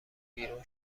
بیرون